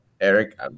Eric